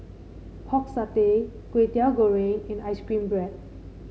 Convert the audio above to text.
Pork Satay Kway Teow Goreng and ice cream bread